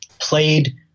played